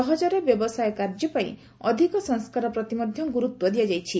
ସହଜରେ ବ୍ୟବସାୟ କାର୍ଯ୍ୟପାଇଁ ଅଧିକ ସଂସ୍କାର ପ୍ରତି ମଧ୍ୟ ଗୁରୁତ୍ୱ ଦିଆଯାଇଛି